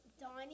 Donnie